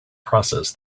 process